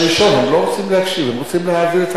הם לא רוצים להקשיב, הם רוצים להעביר את העניין.